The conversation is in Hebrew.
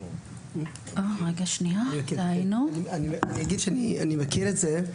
אני אגיד שאני מכיר את זה.